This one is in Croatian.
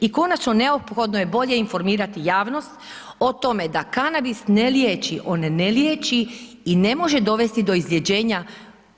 I konačno neophodno je bolje informirati javnost o tome da kanabis ne liječi, on ne liječi i ne može dovesti do izlječenja